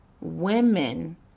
women